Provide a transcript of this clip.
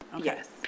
Yes